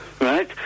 right